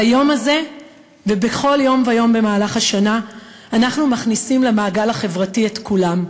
ביום הזה ובכל יום ויום במהלך השנה אנחנו מכניסים למעגל החברתי את כולם,